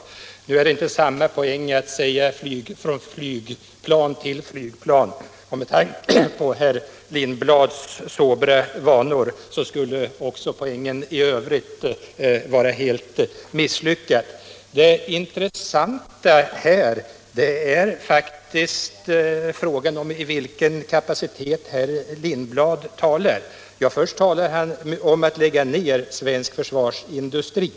Nu ligger det inte någon poäng i att i stället säga ”från flygplan till flygplan”, och med tanke på herr Lindblads sobra vanor skulle historien också i övrigt vara helt misslyckad i det här sammanhanget. Men det intressanta är frågan i vilken kapacitet herr Lindblad yttrar sig. Först talar han om att lägga ned svensk försvarsindustri.